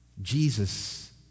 Jesus